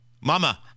mama